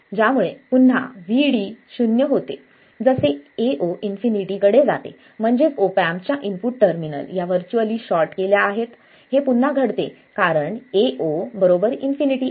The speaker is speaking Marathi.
त्यामुळे पुन्हा Vd 0 होते जसे Ao इन्फिनिटी कडे जाते म्हणजेच ऑप एम्प च्या इनपुट टर्मिनल या व्हर्च्युअली शॉर्ट केल्या आहेत हे पुन्हा घडते कारण Ao ∞ आहे